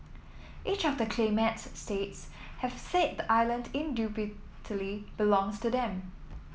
each of the claimant states have said the island indubitably belongs to them